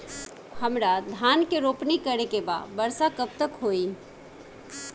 हमरा धान के रोपनी करे के बा वर्षा कब तक होई?